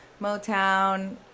Motown